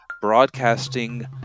broadcasting